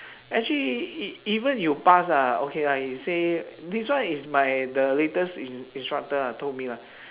actually e~ even you pass ah okay lah you say this one is my the latest in~ instructor lah told me lah